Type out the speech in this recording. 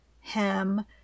hem